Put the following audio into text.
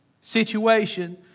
situation